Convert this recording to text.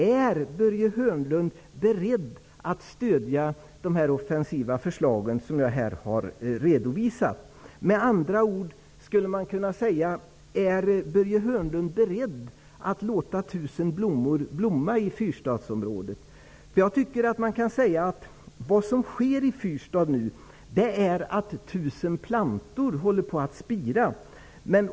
Är Börje Hörnlund beredd att stöda de offensiva förslag som jag har redovisat här? Med andra ord skulle man kunna säga: Är Börje Hörnlund beredd att låta tusen blommor blomma i Fyrstadsområdet? Jag tycker att man kan säga att det som sker i Fyrstadsregionen nu är att 1 000 plantor håller på att spira.